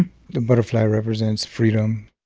the butterfly represents freedom